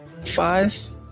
five